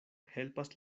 helpas